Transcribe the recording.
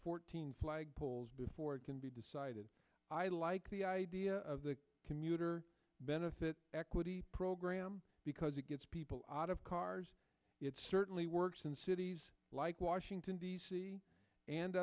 fourteen flagpoles before it can be decided i like the idea of the commuter benefit equity program because it gets people out of cars it certainly works in cities like washington d c and